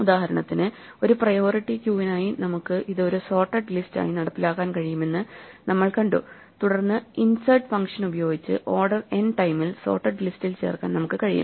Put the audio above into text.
ഉദാഹരണത്തിന് ഒരു പ്രയോറിറ്റി ക്യൂവിനായി നമുക്ക് ഇത് ഒരു സോർട്ടഡ് ലിസ്റ്റ് ആയി നടപ്പിലാക്കാൻ കഴിയുമെന്ന് നമ്മൾ കണ്ടു തുടർന്ന് ഇൻസേർട്ട് ഫങ്ഷൻ ഉപയോഗിച്ച് ഓർഡർ n ടൈമിൽ സോർട്ടഡ് ലിസ്റ്റിൽ ചേർക്കാൻ നമുക്ക് കഴിയും